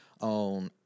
on